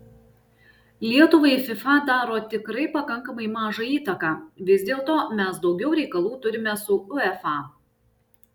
lietuvai fifa daro tikrai pakankamai mažą įtaką vis dėlto mes daugiau reikalų turime su uefa